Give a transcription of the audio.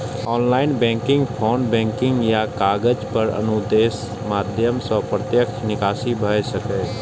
online banking, phone banking या कागज पर अनुदेशक माध्यम सं प्रत्यक्ष निकासी भए सकैए